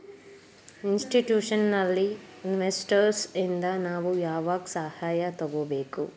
Institutional investors ಇಂದಾ ನಾವು ಯಾವಾಗ್ ಸಹಾಯಾ ತಗೊಬೇಕು?